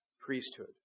priesthood